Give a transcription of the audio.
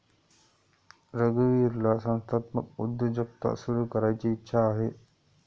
रघुवीरला संस्थात्मक उद्योजकता सुरू करायची इच्छा आहे